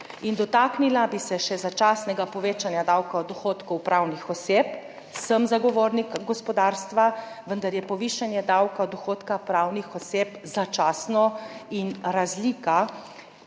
Dotaknila bi se še začasnega povečanja davka od dohodkov pravnih oseb, sem zagovornik gospodarstva, vendar je povišanje davka od dohodka pravnih oseb začasno in razlika